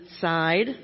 side